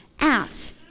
out